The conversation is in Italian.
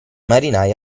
marinai